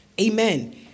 amen